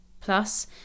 Plus